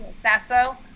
Sasso